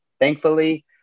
Thankfully